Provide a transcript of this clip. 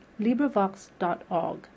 LibriVox.org